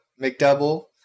McDouble